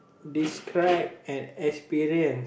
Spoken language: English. describe an experience